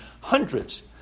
Hundreds